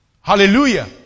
Hallelujah